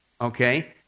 okay